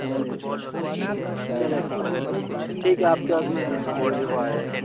چلیے ٹھیک چلیے ٹھیک ٹھیک ٹھیک ہے آپ کے پاس میں ڈلیوری بوائے آ جائے گا